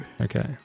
Okay